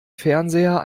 fernseher